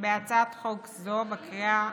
בהצעת חוק זו בקריאה